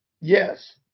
Yes